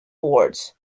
awards